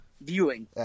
viewing